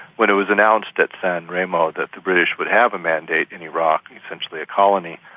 when it was announced at san remo that the british would have a mandate in iraq, essentially a colony,